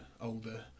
older